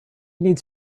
needs